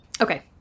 Okay